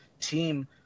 team